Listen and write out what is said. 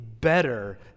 better